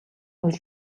үйл